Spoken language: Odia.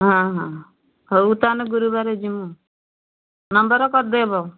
ହଁ ହଁ ହଉ ତାନେ ଗୁରୁବାରେ ଯିମୁ ନମ୍ବର୍ କରିଦେବ